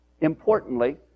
Importantly